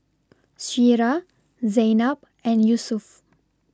Syirah Zaynab and Yusuf